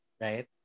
right